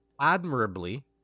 admirably